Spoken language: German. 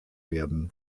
werden